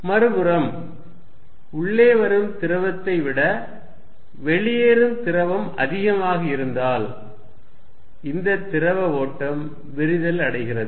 மறுபுறம் உள்ளே வரும் திரவத்தை விட வெளியேறும் திரவம் அதிகமாக இருந்தால் இந்த திரவ ஓட்டம் விரிதல் அடைகிறது